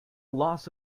loss